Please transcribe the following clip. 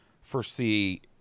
foresee